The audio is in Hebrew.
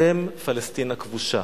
אתם פלסטין הכבושה,